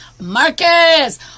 Marcus